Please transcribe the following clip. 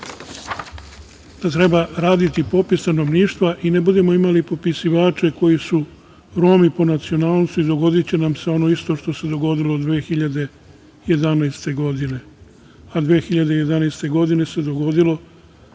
da treba raditi popis stanovništva i ne budemo imali popisivače koji su Romi po nacionalnosti dogodiće nam se ono isto što se dogodilo 2011. godine, a 2011. godine se dogodilo